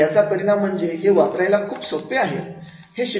आणि याचा परिणाम म्हणजे हे वापरायला खूप सोपे आहे